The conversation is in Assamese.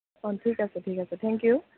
কনফিউজ আছে ঠিক আছে থেংক ইউ